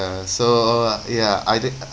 so uh ya either